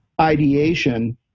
ideation